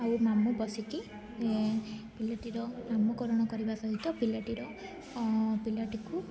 ଆଉ ମାମୁଁ ବସିକି ପିଲାଟିର ନାମ କରଣ କରିବା ସହିତ ପିଲାଟିର ପିଲାଟିକୁ